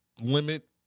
limit